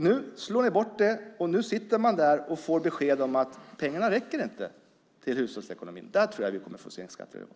Nu slår ni bort det, och nu sitter man där och får besked om att pengarna inte räcker till hushållsekonomin. Där tror jag att vi kommer att få se en skatterevolt.